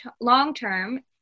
long-term